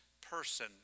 person